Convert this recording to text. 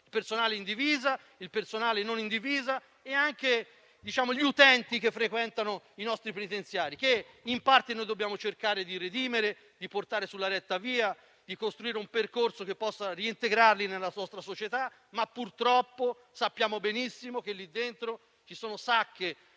quello in divisa e quello senza divisa, e anche gli utenti che frequentano i nostri penitenziari, quelli che in parte dobbiamo cercare di redimere, di portare sulla retta via, costruendo un percorso che possa reintegrarli nella nostra società. Purtroppo, sappiamo benissimo che lì dentro ci sono sacche